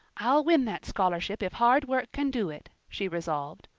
i'll win that scholarship if hard work can do it she resolved.